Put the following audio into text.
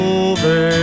over